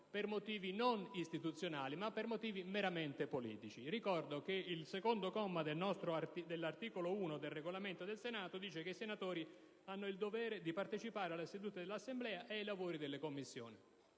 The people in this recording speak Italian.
per motivi non istituzionali, ma meramente politici. Il comma 2 dell'articolo 1 del Regolamento del Senato stabilisce che i senatori hanno il dovere di partecipare alle sedute dell'Assemblea e ai lavori delle Commissioni.